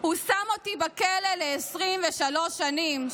הוא שם אותי בכלא ל-23 שנים,